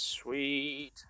Sweet